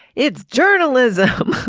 it's journalism.